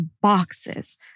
boxes